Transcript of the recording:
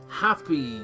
happy